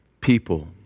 people